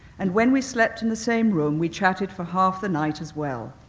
and when we slept in the same room, we chatted for half the night as well.